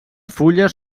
fulles